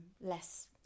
less